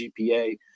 GPA